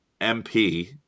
MP